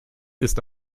ist